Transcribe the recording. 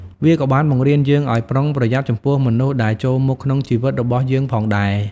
វាក៏បានបង្រៀនយើងឱ្យប្រុងប្រយ័ត្នចំពោះមនុស្សដែលចូលមកក្នុងជីវិតរបស់យើងផងដែរ។